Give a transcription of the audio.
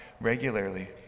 regularly